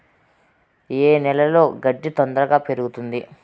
ఏ నేలలో గడ్డి తొందరగా పెరుగుతుంది